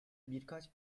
birkaç